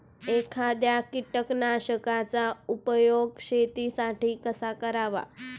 एखाद्या कीटकनाशकांचा उपयोग शेतीसाठी कसा करावा?